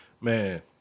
man